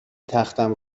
تختم